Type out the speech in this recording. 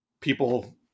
people